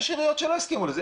יש עיריות שלא הסכימו לזה,